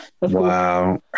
Wow